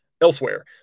Elsewhere